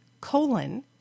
colon